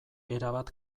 erabat